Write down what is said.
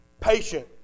patient